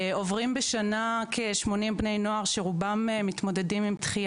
בשנה עוברים כשמונים בני נוער שרובם מתמודדים עם דחיה